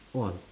!wah!